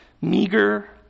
meager